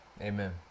Amen